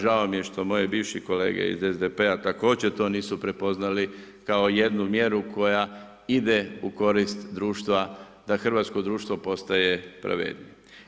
Žao mi je što moji bivši kolege iz SDP-a također to nisu prepoznali kao jednu mjeru koja ide u korist društva da hrvatsko društvo postaje pravednije.